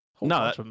No